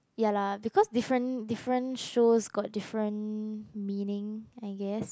ya lah because different different shows got different meaning I guess